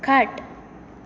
खाट